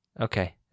Okay